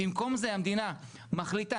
במקום זה המדינה מחליטה,